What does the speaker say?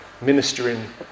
ministering